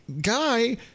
guy